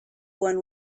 one